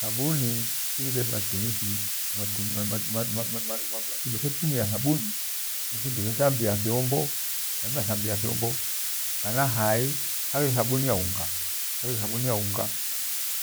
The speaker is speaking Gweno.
Thabani ighire matumithi ma- ma- ma- matumithi fyetumia thabuni ni findo tyethambia fyimba kana hai haghire thabuni ya unga